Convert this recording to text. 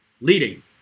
leading